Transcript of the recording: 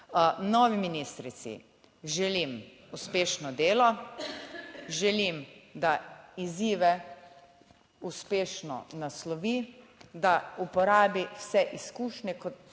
Novi ministrici želim uspešno delo, želim, da izzive uspešno naslovi. Da uporabi vse izkušnje,